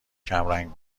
کمرنگ